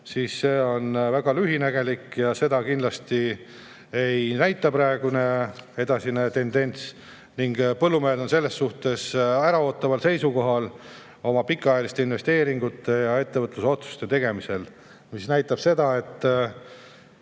siis see on väga lühinägelik ja seda kindlasti praegune tendents ei näita. Põllumehed on selles suhtes äraootaval seisukohal oma pikaajaliste investeeringute ja ettevõtlusotsuste tegemisel. See aga näitab seda, et